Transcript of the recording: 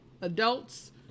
adults